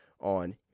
on